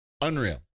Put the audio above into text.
unreal